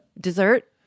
Dessert